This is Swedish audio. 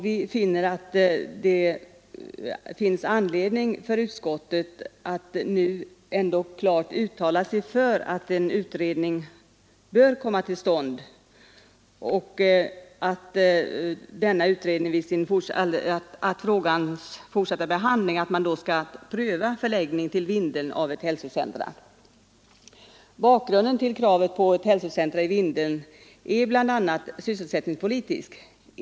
Vi anser att det finns anledning för utskottet att klart uttala sig för att en utredning bör komma till stånd och att man vid frågans fortsatta behandling skall pröva förläggning till Vindeln av ett hälsocentrum. Bakgrunden till kravet på ett hälsocentrum i Vindeln är bl.a. sysselsättningspolitisk.